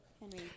Henry